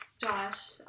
Josh